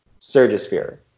Surgisphere